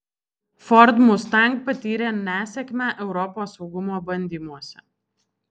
ford mustang patyrė nesėkmę europos saugumo bandymuose